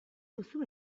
duzu